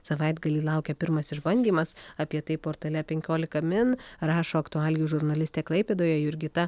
savaitgalį laukia pirmas išbandymas apie tai portale penkiolika min rašo aktualijų žurnalistė klaipėdoje jurgita